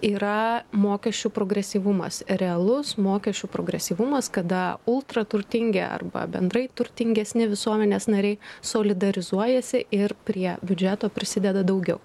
yra mokesčių progresyvumas realus mokesčių progresyvumas kada ultraturtingi arba bendrai turtingesni visuomenės nariai solidarizuojasi ir prie biudžeto prisideda daugiau